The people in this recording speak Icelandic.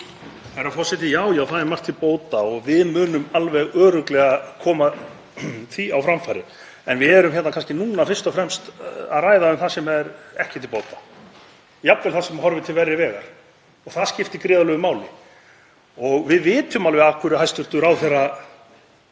Herra forseti. Já, það er margt til bóta og við munum alveg örugglega koma því á framfæri. En við erum núna fyrst og fremst að ræða um það sem er ekki til bóta, jafnvel það sem horfir til verri vegar og það skiptir gríðarlegu máli. Við vitum alveg af hverju hæstv. ráðherra